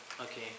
okay